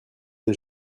des